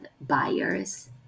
buyers